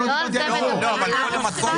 לא דיברתי על איחור.